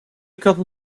couple